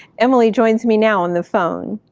emily joins me now on the phone.